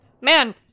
man